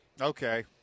Okay